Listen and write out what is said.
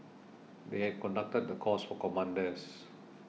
they had conducted the course for commanders